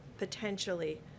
potentially